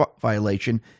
violation